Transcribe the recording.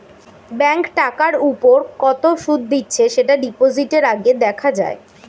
bank টাকার উপর কত সুদ দিচ্ছে সেটা ডিপোজিটের আগে দেখা যায়